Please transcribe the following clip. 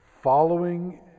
following